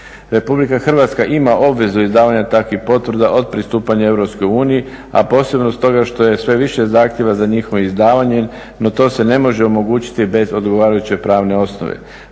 obrtnike. RH ima obvezu izdavanja takvih potvrda od pristupanja EU, a posebno stoga što je sve više zahtjeva za njihovo izdavanje, no to se ne može omogućiti bez odgovarajuće pravne osnove.